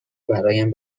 برایم